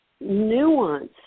nuance